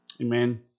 Amen